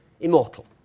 immortal